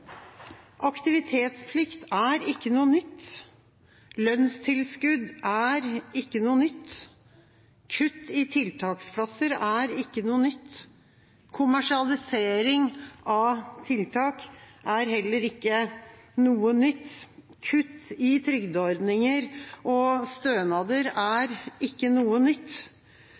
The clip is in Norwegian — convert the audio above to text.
Aktivitetsplikt er ikke noe nytt. Lønnstilskudd er ikke noe nytt. Kutt i tiltaksplasser er ikke noe nytt. Kommersialisering av tiltak er heller ikke noe nytt. Kutt i trygdeordninger og i stønader er ikke noe nytt.